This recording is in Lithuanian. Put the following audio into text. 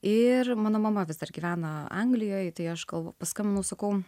ir mano mama vis dar gyvena anglijoj tai ieškau paskambinau sakau